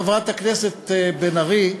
חברת הכנסת בן ארי,